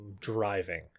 driving